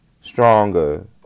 Stronger